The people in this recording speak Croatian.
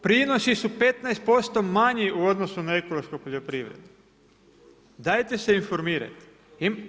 Prinosi su 15% manji u odnosu na ekološku poljoprivredu, dajte se informirate.